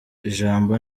ijambo